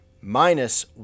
minus